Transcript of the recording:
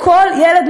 לכל ילד,